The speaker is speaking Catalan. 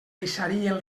deixarien